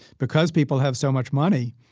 because people have so much money,